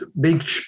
big